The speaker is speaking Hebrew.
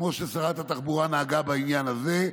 כמו ששרת התחבורה נהגה בעניין הזה.